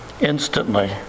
instantly